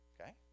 okay